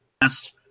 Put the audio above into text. past